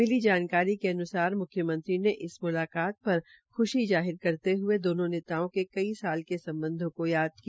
मिली जानकारी के अन्सार मुख्मयंत्री ने इस मुलाकात पर ख्शी जाहिर करते हये दोनों नेताओं के कई साल के सम्बधों को याद किया